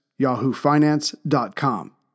yahoofinance.com